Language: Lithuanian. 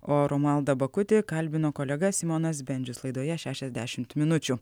o romualdą bakutį kalbino kolega simonas bendžius laidoje šešiasdešimt minučių